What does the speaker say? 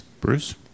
Bruce